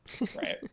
right